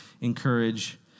encourage